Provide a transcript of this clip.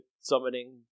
summoning